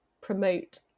promote